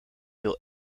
wil